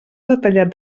detallat